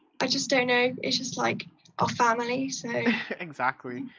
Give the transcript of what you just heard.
i just don't know, it's just like our family? so exactly?